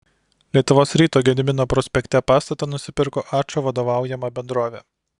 lietuvos ryto gedimino prospekte pastatą nusipirko ačo vadovaujama bendrovė